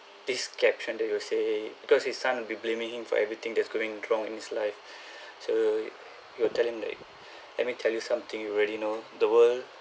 this caption that he will say because his son be blaming him for everything that's going wrong in his life so he will tell him that let me tell you something you already know the world